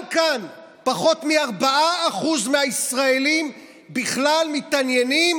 גם כאן פחות מ-4% מהישראלים בכלל מתעניינים